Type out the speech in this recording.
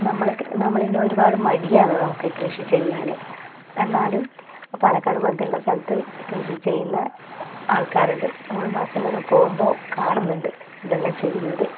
നമ്മൾക്ക് നമ്മൾ ഇന്ന് ഒരുപാട് മടിയാണ് നമുക്ക് കൃഷി ചെയ്യാൻ എന്നാലും പാലക്കാട് പോലത്തുള്ള സ്ഥലത്ത് കൃഷി ചെയ്യുന്ന ആൾക്കാരുണ്ട് നമ്മൾ ബസ്സിലെല്ലാം പോകുമ്പോൾ കാണുന്നുണ്ട് ഇതെല്ലാം ചെയ്യുന്നത്